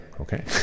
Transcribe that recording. okay